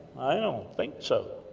i don't think so.